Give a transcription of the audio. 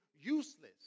useless